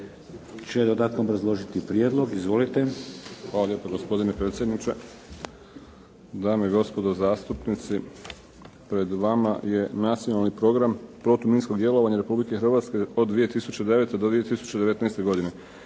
će dodatno obrazložiti prijedlog. Izvolite. **Buconjić, Ivica (HDZ)** Hvala lijepo gospodine potpredsjedniče, dame i gospodo zastupnici. Pred vama je Nacionalni program protuminskog djelovanja Republike Hrvatske od 2009. do 2019. godine.